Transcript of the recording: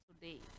today